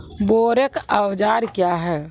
बोरेक औजार क्या हैं?